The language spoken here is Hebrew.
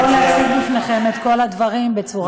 אולי באמת אני אבוא להציג בפניכם את כל הדברים בצורה,